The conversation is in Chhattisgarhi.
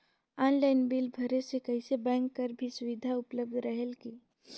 ऑनलाइन बिल भरे से कइसे बैंक कर भी सुविधा उपलब्ध रेहेल की?